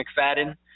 McFadden